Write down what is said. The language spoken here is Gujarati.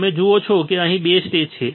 તમે જુઓ છો કે અહીં બે સ્ટેજ છે